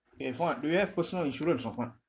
eh fuad do you have personal insurance of what